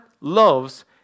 loves